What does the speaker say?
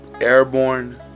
airborne